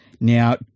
Now